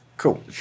cool